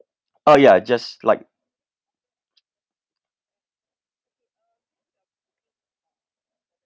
eh ya just like